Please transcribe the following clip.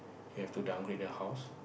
he have to downgrade the house